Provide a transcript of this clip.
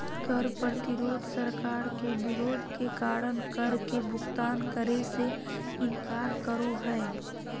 कर प्रतिरोध सरकार के विरोध के कारण कर के भुगतान करे से इनकार करो हइ